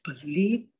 believe